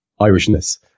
Irishness